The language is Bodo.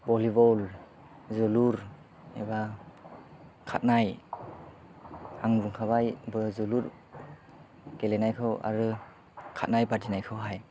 भलिबल जोलुर एबा खारनाय आं बुंखाबाय जोलुर गेलेनायखौ आरो खारनाय बादिनायखौहाय